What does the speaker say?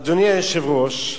אדוני היושב-ראש,